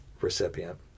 recipient